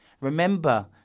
Remember